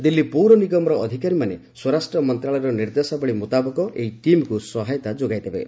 ଦିଲ୍ଲୀ ପୌର ନିଗମର ଅଧିକାରୀମାନେ ସ୍ୱରାଷ୍ଟ୍ର ମନ୍ତ୍ରଣାଳୟର ନିର୍ଦ୍ଦେଶାବଳୀ ମୁତାବକ ଏହି ଟିମ୍କୁ ସହାୟତା ଯୋଗାଇ ଦେବେ